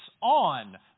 on